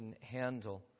handle